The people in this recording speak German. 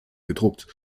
gedruckt